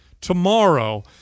tomorrow